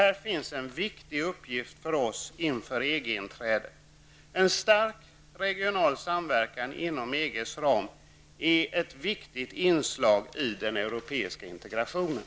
Här har vi en viktig uppgift inför EG-inträdet. En stark regional samverkan inom EGs ram är ett viktigt inslag i den europeiska integrationen.